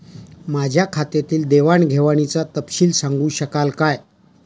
माझ्या खात्यातील देवाणघेवाणीचा तपशील सांगू शकाल काय?